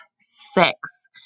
sex